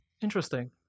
Interesting